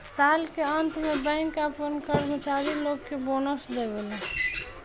साल के अंत में बैंक आपना कर्मचारी लोग के बोनस देवेला